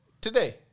Today